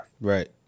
Right